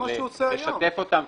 ולשתף אותם --- זה מה שהוא עושה היום.